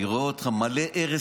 אני רואה אותך מלא ארס,